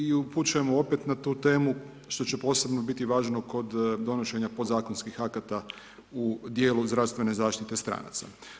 I upućujem opet na tu temu, što će posebno biti važno kod donošenje podzakonskih akata u dijelu zdravstvene zaštite stranaca.